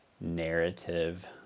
narrative